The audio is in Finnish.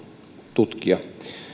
tutkia